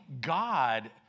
God